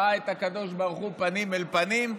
ראה את הקדוש ברוך הוא פנים אל פנים,